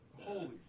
Holy